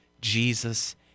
Jesus